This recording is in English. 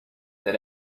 that